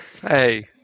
hey